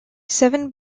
seven